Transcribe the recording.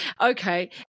Okay